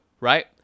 right